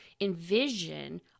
envision